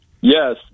yes